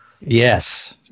Yes